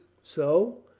so.